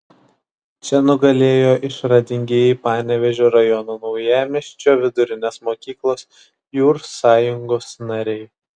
čia nugalėjo išradingieji panevėžio rajono naujamiesčio vidurinės mokyklos jūr sąjungos nariai